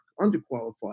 underqualified